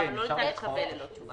אבל לא ניתן לקבל ללא תשובה.